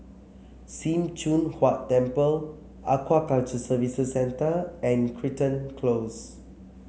Sim Choon Huat Temple Aquaculture Services Centre and Crichton Close